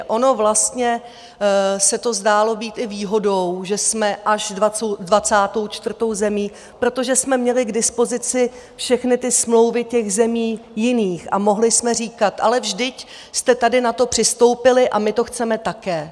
Ono vlastně se to zdálo být i výhodou, že jsme až 24. zemí, protože jsme měli k dispozici všechny smlouvy těch zemí jiných a mohli jsme říkat: ale vždyť jste tady na to přistoupili a my to chceme také.